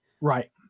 Right